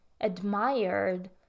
admired